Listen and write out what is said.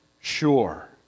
sure